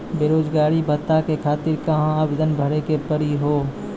बेरोजगारी भत्ता के खातिर कहां आवेदन भरे के पड़ी हो?